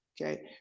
Okay